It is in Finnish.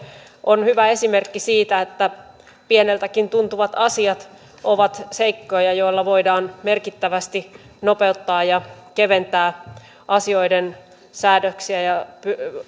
on hyvä esimerkki siitä että pieneltäkin tuntuvat asiat ovat seikkoja joilla voidaan merkittävästi nopeuttaa ja keventää säädöksiä ja